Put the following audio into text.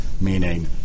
meaning